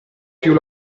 più